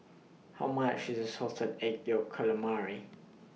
How much IS Salted Egg Yolk Calamari